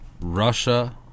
Russia